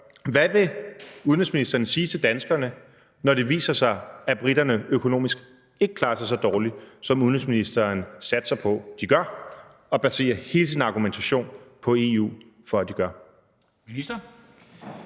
Hvad vil udenrigsministeren sige til danskerne, når det viser sig, at briterne økonomisk ikke klarer sig så dårligt, som udenrigsministeren satser på at de gør og baserer hele sin argumentation på EU for, at de gør?